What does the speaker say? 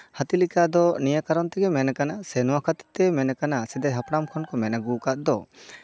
ᱦᱟᱹᱛᱤ ᱞᱮᱠᱟ ᱫᱚ ᱱᱤᱭᱟᱹ ᱠᱟᱨᱚᱱᱛᱮ ᱢᱮᱱ ᱠᱟᱱᱟ ᱥᱮ ᱱᱚᱣᱟ ᱠᱷᱟᱹᱛᱤᱨ ᱛᱮ ᱢᱮᱱ ᱠᱟᱱᱟ ᱦᱟᱯᱲᱟᱢ ᱠᱷᱚᱱ ᱠᱚ ᱢᱮᱱ ᱟᱜᱩ ᱠᱟᱜ ᱫᱚ